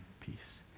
peace